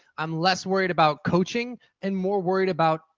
i'm less worried about coaching and more worried about,